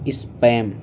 spam